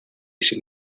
sin